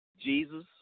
Jesus